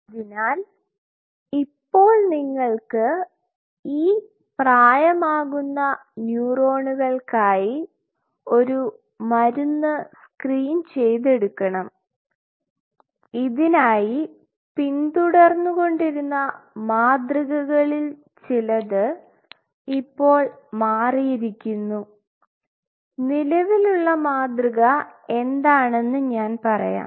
അതിനാൽ ഇപ്പോൾ നിങ്ങൾക്ക് ഈ പ്രായമാകുന്ന ന്യൂറോണുകൾകായി ഒരു മരുന്ന് സ്ക്രീൻ ചെയ്തു എടുക്കണം ഇതിനായി പിന്തുടർന്നുകൊണ്ടിരുന്ന മാതൃകകളിൽ ചിലത് ഇപ്പോൾ മാറിയിരിക്കുന്നു നിലവിലുള്ള മാതൃക എന്താണെന്ന് ഞാൻ പറയാം